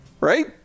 Right